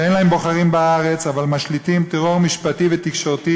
שאין להם בוחרים בארץ אבל הם משליטים טרור משפטי ותקשורתי